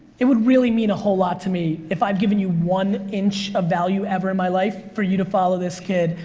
it would really mean a whole lot to me if i've given you one inch of value in my life for you to follow this kid.